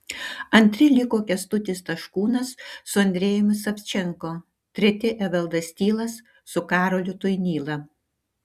antri liko kęstutis taškūnas su andrejumi savčenko treti evaldas tylas su karoliu tuinyla